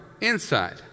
inside